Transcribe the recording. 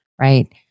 right